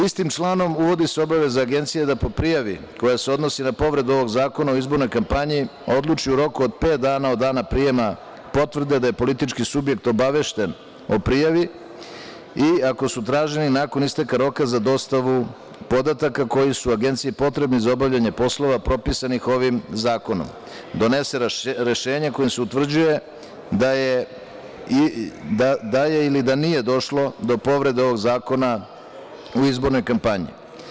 Istim članom uvodi se obaveza Agencije da po prijavi, koja se odnosi na povredu ovog zakona o izbornoj kampanji, odluči u roku od pet dana od dana prijema potvrde da je politički subjekt obavešten o prijavi i ako su traženi nakon isteka roka za dostavu podataka koji su Agenciji potrebni za obavljanje poslova propisanim ovim zakonom, donese rešenje kojim se utvrđuje da je ili da nije došlo do povrede ovog zakona u izbornoj kampanji.